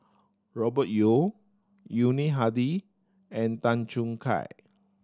Robert Yeo Yuni Hadi and Tan Choo Kai